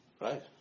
Right